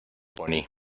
pony